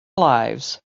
lives